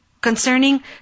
Concerning